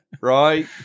Right